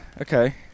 Okay